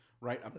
Right